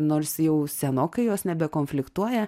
nors jau senokai jos nebekonfliktuoja